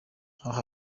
aha